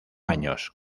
años